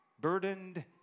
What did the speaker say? burdened